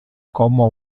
como